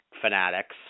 fanatics